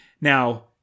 Now